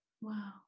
Wow